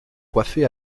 coiffé